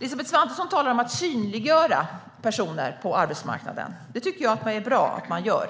Elisabeth Svantesson talar om att synliggöra personer på arbetsmarknaden, och det tycker jag att det är bra att man gör.